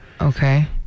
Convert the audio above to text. Okay